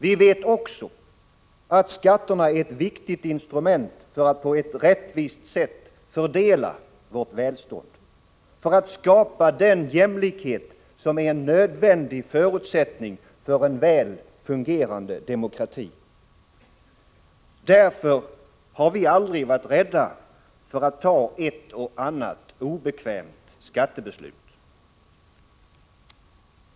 Vi vet också, att skatterna är ett viktigt instrument för att på ett rättvist sätt fördela vårt välstånd — för att skapa den jämlikhet som är en nödvändig förutsättning för en väl fungerande demokrati. Därför har vi aldrig varit rädda för att ta ett och annat obekvämt skattebeslut.